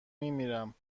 میمیرم